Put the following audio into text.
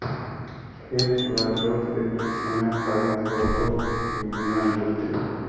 खेत ल जोत के कुछ समय खाली छोड़बो कि बिना जोते?